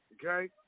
Okay